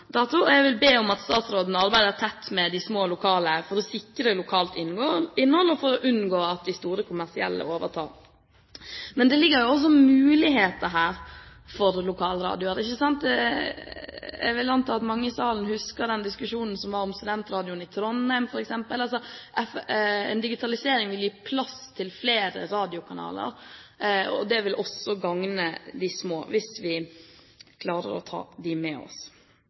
jeg vil be om at statsråden arbeider tett med de små, lokale stasjonene for å sikre lokalt innhold og for å unngå at de store, kommersielle overtar. Det ligger også muligheter her for lokalradioene. Jeg vil anta at mange i salen husker den diskusjonen som var om f.eks. studentradioen i Trondheim. En digitalisering vil gi plass til flere radiokanaler, og det vil også gagne de små hvis vi klarer å ta dem med oss.